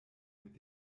mit